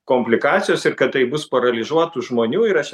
komplikacijos ir kad tai bus paralyžiuotų žmonių ir aš